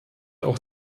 auch